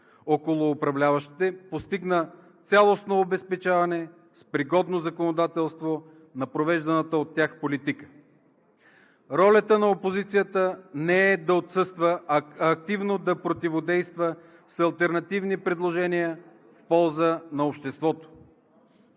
около управляващите постигна цялостно обезпечаване с пригодно законодателство на провежданата от тях политика. Ролята на опозицията не е да отсъства, а активно да противодейства с алтернативни предложения в полза на обществото.